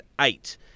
eight